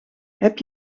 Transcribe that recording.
heb